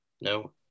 No